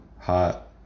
hot